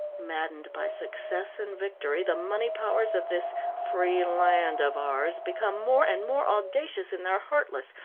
maddened by success and victory, the money powers of this free land of ours became more and more audacious in their heartless,